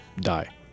die